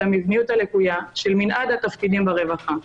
המבניות הלקויה של מנעד התפקידים ברווחה,